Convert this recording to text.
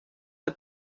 der